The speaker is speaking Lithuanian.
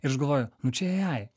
ir aš galvoju nu čia ai